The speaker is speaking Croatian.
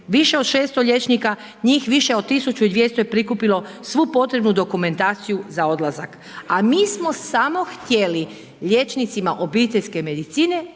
više od 600 liječnika, njih više od 1200 je prikupilo svu potrebnu dokumentaciju za odlazak, a mi smo samo htjeli liječnicima obiteljske medicine